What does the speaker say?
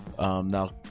Now